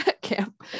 camp